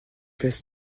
fest